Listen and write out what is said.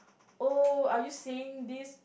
oh are you seeing this